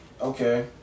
Okay